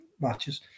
matches